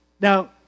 Now